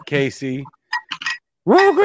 Casey